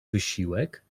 wysiłek